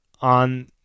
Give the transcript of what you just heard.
on